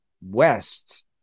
west